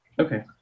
Okay